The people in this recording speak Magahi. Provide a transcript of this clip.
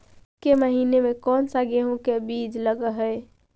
ईसके महीने मे कोन सा गेहूं के बीज लगे है?